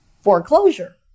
foreclosure